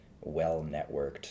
well-networked